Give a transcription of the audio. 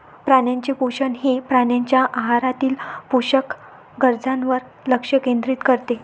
प्राण्यांचे पोषण हे प्राण्यांच्या आहारातील पोषक गरजांवर लक्ष केंद्रित करते